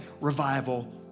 revival